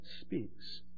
speaks